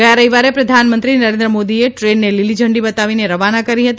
ગથા રવિવારે પ્રધાનમંત્રી મોદીએ ટ્રેનને લીલીઝંડી બતાવીને રવાના કરી હતી